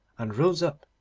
and rose up,